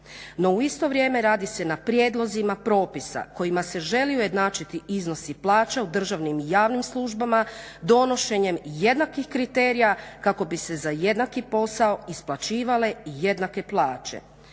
No u isto vrijeme radi se na prijedlozima propisa kojima se želi ujednačiti iznosi plaća u državnim i javnim službama donošenjem jednakih kriterija kako bi se za jednaki posao isplaćivale jednake plaće.